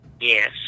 Yes